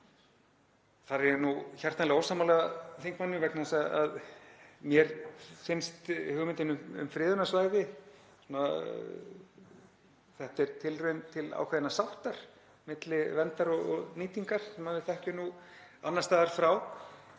Þar er ég nú hjartanlega ósammála þingmanninum vegna þess að mér finnst hugmyndin um friðunarsvæði vera tilraun til ákveðinnar sáttar milli verndar og nýtingar, sem við þekkjum annars staðar frá.